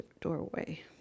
doorway